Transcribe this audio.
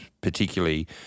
particularly